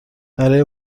برای